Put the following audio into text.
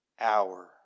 hour